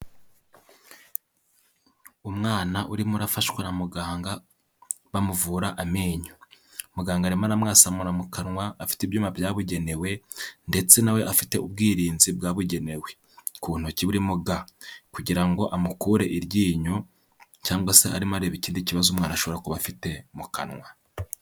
Umwana urimo urafashwa na muganga bamuvura amenyo, muganga arimo aramwasamura mu kanwa afite ibyuma byabugenewe ndetse na we afite ubwirinzi bwabugenewe ku ntoki burimo ga kugira ngo amukure iryinyo cyangwa se arimo areba ikindi kibazo umwana ashobora kuba afite mu kanwa.